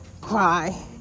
cry